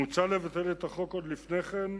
מוצע לבטל את החוק עוד לפני כן.